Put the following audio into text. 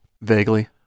Vaguely